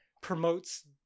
promotes